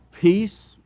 peace